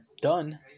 done